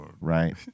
right